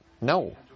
No